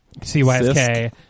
Cysk